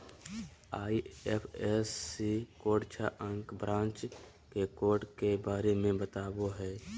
IFSC code छह अंक branch के कोड के बारे में बतावो हइ